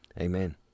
Amen